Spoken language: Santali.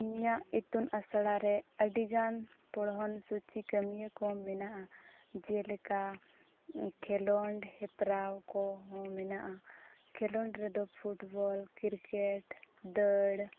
ᱤᱧᱟᱹᱜ ᱤᱛᱩᱱ ᱟᱥᱲᱟᱨᱮ ᱟᱹᱰᱤᱜᱟᱱ ᱯᱚᱲᱦᱚᱱ ᱥᱩᱪᱤ ᱠᱟᱹᱢᱤᱭᱟᱹ ᱠᱚ ᱢᱮᱱᱟᱜᱼᱟ ᱡᱮᱞᱮᱠᱟ ᱠᱷᱮᱞᱳᱰ ᱦᱮᱯᱨᱟᱣ ᱠᱚᱦᱚᱸ ᱢᱮᱱᱟᱜᱼᱟ ᱠᱷᱮᱞᱳᱰ ᱨᱮᱫᱚ ᱯᱷᱩᱴᱵᱚᱞ ᱠᱨᱤᱠᱮᱴ ᱫᱟᱹᱲ